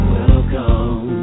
Welcome